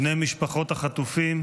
בני משפחות החטופים,